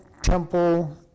temple